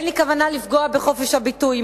אין לי כוונה לפגוע בחופש הביטוי,